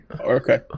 Okay